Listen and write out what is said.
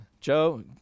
Joe